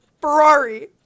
Ferrari